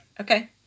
okay